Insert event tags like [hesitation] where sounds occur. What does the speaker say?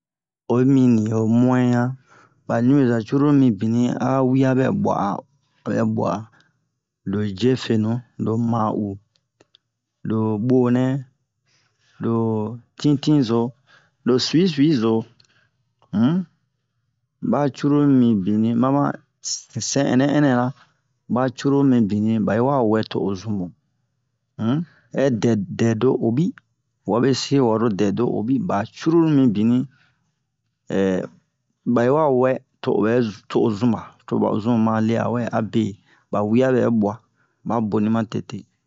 oyi mini ho mu'in yan ba ɲubeza cruru mibini a wi'a bɛ bua'a ho bɛ bua lo jefenu lo ma'u lo bonɛ lo titinzo lo sui-suizo um ba cruru mibini ba ma sɛ sɛ'ɛnɛ-ɛnɛra ba cruru mibini ba yi wa wɛ to o zumu um ɛ dɛ dɛdo obi wabe se waro dɛdo-obi ba cruru mibini [hesitation] ba yi wa wɛ to obɛ to zunba to ba zumu ma le'a wɛ abe ba wu'a bɛ bwa ba boni ma tete